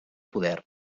poder